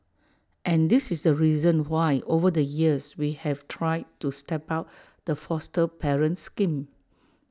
and this is the reason why over the years we have tried to step up the foster parent scheme